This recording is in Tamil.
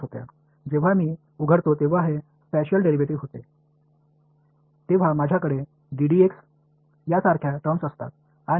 நான் திறக்கும்போது இது சிறப்பு டிரைவேடிவ் எனக்கு போன்ற வெளிப்பாடுகள் உள்ளன